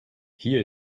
hier